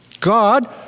God